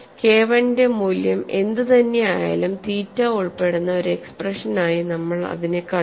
K I യുടെ മൂല്യം എന്തുതന്നെയായാലും തീറ്റ ഉൾപ്പെടുന്ന ഒരു എക്സ്പ്രഷൻ ആയി നമ്മൾ അതിനെ കണ്ടു